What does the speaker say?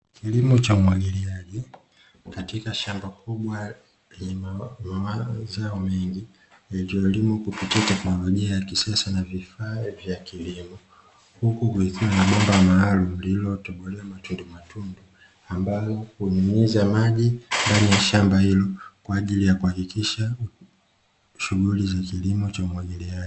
Kilimo cha umwagiliaji katika shamba kubwa lenye mazao mengi, yaliyolimwa kupitia teknolojia ya kisasa na vifaa vya kilimo, huku kukiwa na bomba maalumu liliotobolewa matundumatundu, ambalo hunyunyiza maji ndani ya shamba hilo, kwa ajili ya kuhakikisha shughuli za kilimo cha umwagiliaji.